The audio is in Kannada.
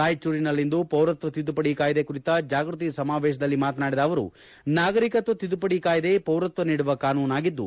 ರಾಯಚೂರಿನಲ್ಲಿಂದು ಪೌರತ್ವ ತಿದ್ದುಪಡಿ ಕಾಯಿದೆ ಕುರಿತ ಜಾಗೃತಿ ಸಮಾವೇಶದಲ್ಲಿ ಮಾತನಾಡಿದ ಅವರು ನಾಗರಿಕತ್ವ ತಿದ್ದುಪಡಿ ಕಾಯಿದೆ ಪೌರತ್ವ ನೀಡುವ ಕಾನೂನಾಗಿದ್ದು